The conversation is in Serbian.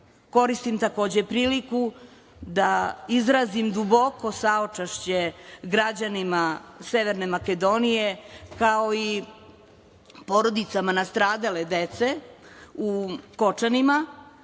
potreba. Koristim takođe priliku da izrazim duboko saučešće građanima Severne Makedonije, kao i porodicama nastradale dece u